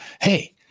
Hey